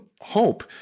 hope